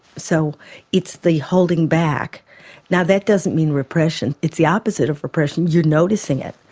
so it's the holding back now that doesn't mean repression, it's the opposite of repression you're noticing it.